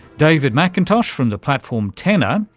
david mcintosh from the platform tenor,